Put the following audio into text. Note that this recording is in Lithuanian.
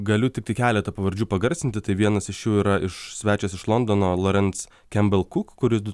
galiu tiktai keletą pavardžių pagarsinti tai vienas iš jų yra iš svečias iš londono lorenc kembalkuk kuris du